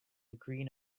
green